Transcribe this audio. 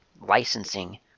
licensing